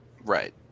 Right